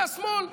זה השמאל.